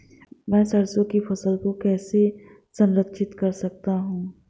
मैं सरसों की फसल को कैसे संरक्षित कर सकता हूँ?